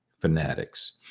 fanatics